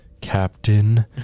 Captain